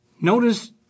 Notice